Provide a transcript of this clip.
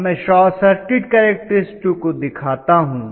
अब मैं short circuit characteristic को देखता हूं